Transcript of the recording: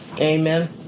Amen